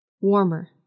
warmer